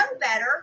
better